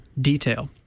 detail